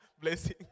blessing